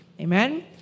Amen